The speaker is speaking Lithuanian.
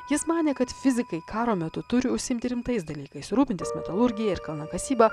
jis manė kad fizikai karo metu turi užsiimti rimtais dalykais rūpintis metalurgija ir kalnakasyba